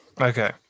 Okay